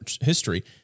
history